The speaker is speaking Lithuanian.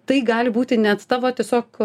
tai gali būti net tavo tiesiog